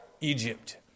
Egypt